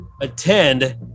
Attend